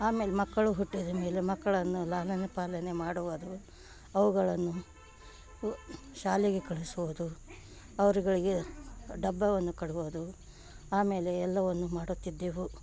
ಆಮೇಲೆ ಮಕ್ಕಳು ಹುಟ್ಟಿದ ಮೇಲೆ ಮಕ್ಕಳನ್ನು ಲಾಲನೆ ಪಾಲನೆ ಮಾಡುವುದು ಅವುಗಳನ್ನು ಉ ಶಾಲೆಗೆ ಕಳಿಸುವುದು ಅವರುಗಳಿಗೆ ಡಬ್ಬವನ್ನು ಕೊಡುವುದು ಆಮೇಲೆ ಎಲ್ಲವನ್ನು ಮಾಡುತ್ತಿದ್ದೆವು